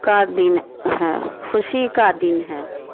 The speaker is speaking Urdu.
کا دن ہے خوشی کا دن ہے